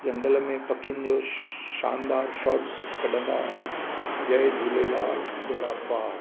झंगल में पखियुनि जो शानदार शॉट्स कढंदा आहियूं जय झूलेलाल बेड़ा पार